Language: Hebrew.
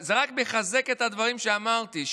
זה רק מחזק את הדברים שאמרתי.